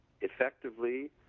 effectively